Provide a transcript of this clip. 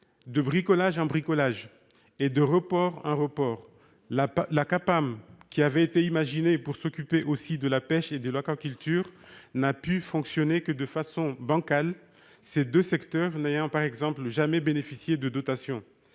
de bricolage en bricolage, de report en report, la Capam, qui avait été imaginée pour s'occuper aussi de la pêche et de l'aquaculture, n'a pu fonctionner que de façon bancale, ces deux secteurs n'ayant, par exemple, jamais bénéficié de dotation.